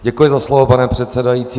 Děkuji za slovo, pane předsedající.